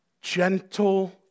Gentle